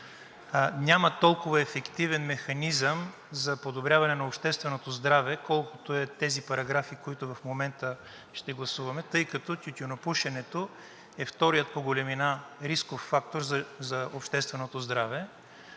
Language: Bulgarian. Няма толкова ефективен механизъм за подобряване на общественото здраве, колкото са тези параграфи, които в момента ще гласуваме, тъй като тютюнопушенето е вторият по големина рисков фактор за общественото здраве.